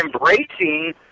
embracing